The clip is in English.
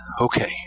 Okay